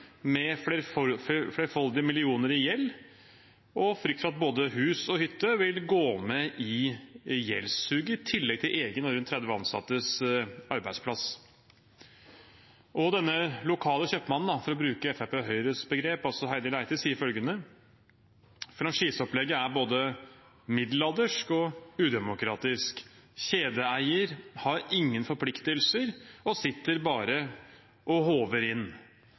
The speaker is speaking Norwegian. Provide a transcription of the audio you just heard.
med flerfoldige millioner i gjeld og frykt for at både hus og hytte vil gå med i gjeldssuget, i tillegg til egen og rundt 30 ansattes arbeidsplass. Denne lokale kjøpmannen, for å bruke Fremskrittspartiets og Høyres begrep, Heidi Leite, sier følgende: «Franchiseopplegget er middelaldersk og udemokratisk. Kjedeeier har ingen forpliktelser og sitter bare og håver inn.»